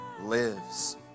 lives